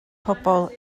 pobl